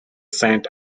saint